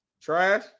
Trash